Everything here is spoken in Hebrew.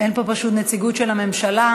אין פה פשוט נציגות של הממשלה.